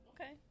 Okay